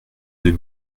deux